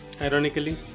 Ironically